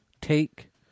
take